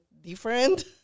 different